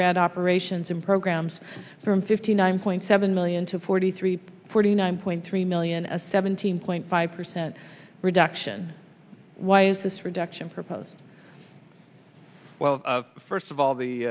red operations in programs from fifty nine point seven million to forty three forty nine point three million a seventeen point five percent reduction why is this reduction proposed well first of all the